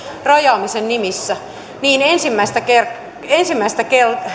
rajaamisen nimissä niin ensimmäistä